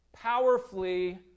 Powerfully